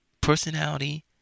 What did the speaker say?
personality